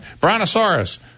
Brontosaurus